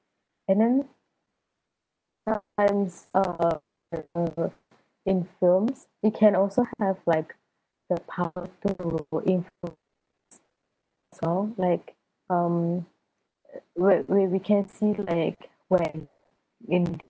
and then in films it can also have like the power to influence also like mm whe~ where we can see like when in